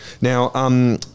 Now –